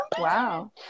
Wow